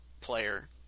player